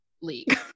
league